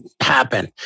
happen